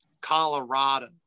Colorado